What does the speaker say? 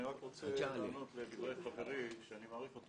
אני רק רוצה לענות לדברי חברי שאני מעריך אותו,